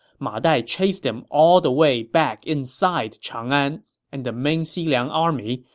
ma dai chased him all the way back inside chang'an, and the main xiliang army,